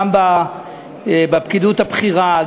גם בפקידות הבכירה,